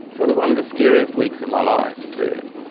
so it was one of the scariest weeks of my life really.